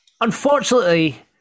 Unfortunately